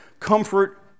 Comfort